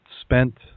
spent